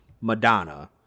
Madonna